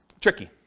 tricky